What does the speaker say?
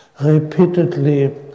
repeatedly